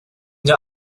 der